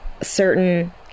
certain